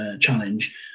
challenge